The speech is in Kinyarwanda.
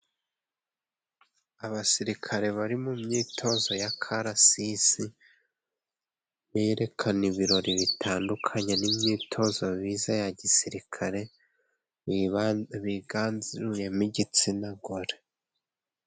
Abasirikare bari mu myitozo y'akarasisi berekana ibirori bitandukanye, n'imyitozo bize ya gisirikare biganzuyemo igitsina gore.